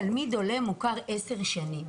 תלמיד עולה מוכר במשך 10 שנים.